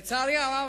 לצערי הרב,